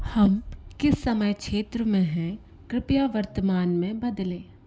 हम किस समय क्षेत्र में हैं कृपया वर्तमान में बदलें